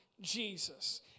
Jesus